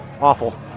awful